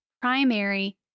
primary